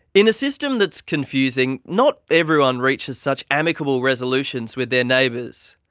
in a system that's confusing, not everyone reaches such amicable resolutions with their neighbours.